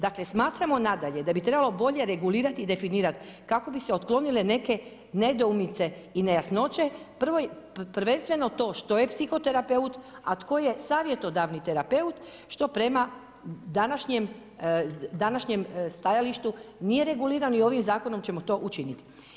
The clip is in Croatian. Dakle smatramo nadalje da bi trebalo bolje regulirati i definirati kako bi se otklonile neke nedoumice i nejasnoće prvenstveno to što je psihoterapeut, a tko je savjetodavni terapeut što prema današnjem stajalištu nije regulirano i ovim zakonom ćemo to učiniti.